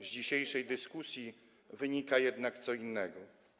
Z dzisiejszej dyskusji wynika jednak co innego.